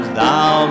thou